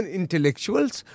intellectuals